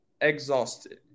exhausted